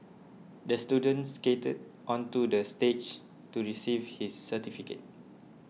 the student skated onto the stage to receive his certificate